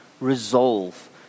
resolve